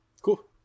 cool